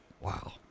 Wow